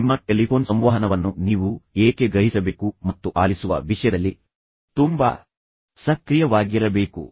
ನಿಮ್ಮ ಟೆಲಿಫೋನ್ ಸಂವಹನವನ್ನು ನೀವು ಏಕೆ ಗ್ರಹಿಸಬೇಕು ಮತ್ತು ಆಲಿಸುವ ವಿಷಯದಲ್ಲಿ ತುಂಬಾ ಸಕ್ರಿಯವಾಗಿರಬೇಕು